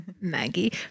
Maggie